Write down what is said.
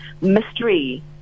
mystery